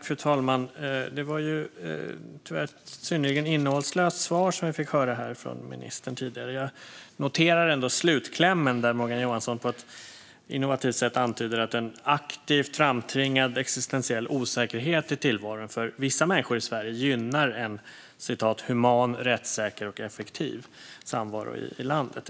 Fru talman! Vi fick här höra ett synnerligen innehållslöst svar från ministern. Jag noterar dock slutklämmen där Morgan Johansson på ett innovativt sätt antyder att en aktivt framtvingad existentiell osäkerhet i tillvaron för vissa människor i Sverige gynnar "en human, rättssäker och effektiv" samvaro i landet.